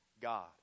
God